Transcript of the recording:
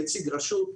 נציג רשות,